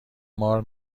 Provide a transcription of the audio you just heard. مار